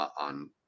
on